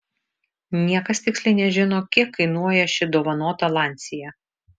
niekas tiksliai nežino kiek kainuoja ši dovanota lancia